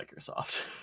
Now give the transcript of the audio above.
microsoft